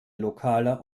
lokaler